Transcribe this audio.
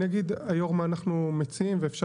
אני אגיד לך יושב הראש מה אנחנו מציעים ואפשר